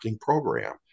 program